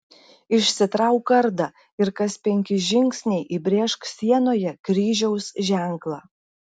išsitrauk kardą ir kas penki žingsniai įbrėžk sienoje kryžiaus ženklą